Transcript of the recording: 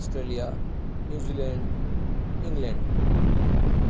Australia New Zealand England